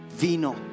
vino